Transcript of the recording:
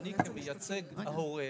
שאני כמייצג את ההורה,